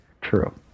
True